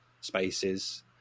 spaces